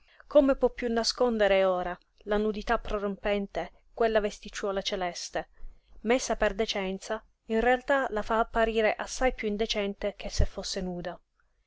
come può piú nasconderle ora la nudità prorompente quella vesticciuola celeste messa per decenza in realtà la fa apparire assai piú indecente che se fosse nuda